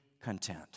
content